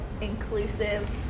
inclusive